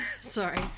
Sorry